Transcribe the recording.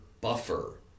buffer